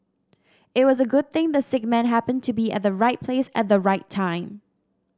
it was a good thing the sick man happened to be at the right place at the right time